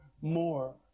more